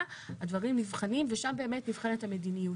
הדברים נבחנים ושם באמת נבחנת המדיניות.